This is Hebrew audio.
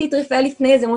את רפאל לפני כן.